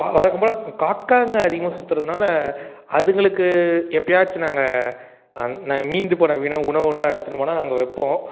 வழக்கம்போல் காக்காங்க அதிகமாக சுற்றுறதுனால அதுங்களுக்கு எப்போயாச்சும் நாங்கள் ந மீந்து போன விணவு உணவுலாம் எடுத்துட்டு போனால் அங்கே வைப்போம்